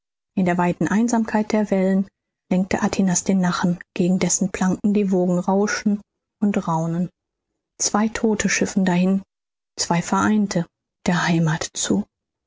in der weiten einsamkeit der wellen lenkt atinas den nachen gegen dessen planken die wogen rauschen und raunen zwei todte schiffen dahin zwei vereinigte der heimath zu